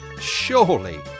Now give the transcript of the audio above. Surely